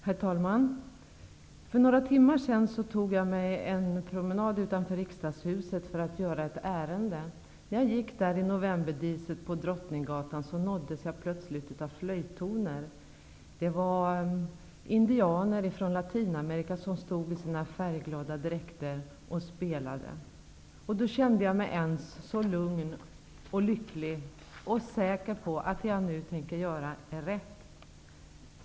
Herr talman! För några timmar sedan tog jag en promenad utanför riksdagshuset för att uträtta ett ärende. När jag gick i novemberdiset på Drottninggatan nåddes jag plötsligt av flöjttoner. Det var indianer från Latinamerika som stod i sina färgglada dräkter och spelade. Då kände jag mig med ens så lugn och lycklig och säker på att det som jag nu tänker göra är rätt.